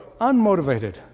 unmotivated